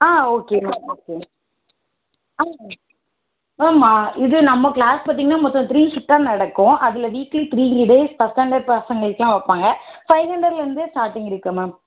ஆ okay ma'am okay ma'am ஆ okay ஆமாம் இது நம்ம க்ளாஸ் பார்த்தீங்கன்னா மொத்தம் த்ரீ ஷிஃப்ட்டாக நடக்கும் அதில் weekly three three days first standard பசங்களுக்குலாம் வைப்பாங்க ஃபைவ் ஹண்ட்ரட்லேருந்தே ஸ்டார்டிங் இருக்கு மேம்